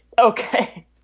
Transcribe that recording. okay